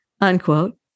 unquote